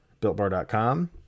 builtbar.com